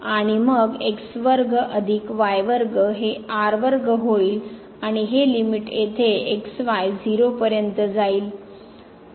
आणि मग x वर्ग अधिक y वर्ग हे r वर्ग होईल आणि हे लिमिट येथे x y 0 पर्यंत जाईल